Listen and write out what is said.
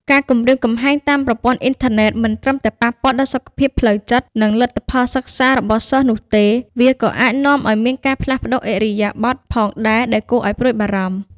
ការគំរាមកំហែងតាមប្រព័ន្ធអ៊ីនធឺណិតមិនត្រឹមតែប៉ះពាល់ដល់សុខភាពផ្លូវចិត្ត និងលទ្ធផលសិក្សារបស់សិស្សនោះទេ វាក៏អាចនាំឲ្យមាន ការផ្លាស់ប្តូរឥរិយាបថ ផងដែរ ដែលគួរឲ្យព្រួយបារម្ភ។